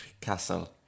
castle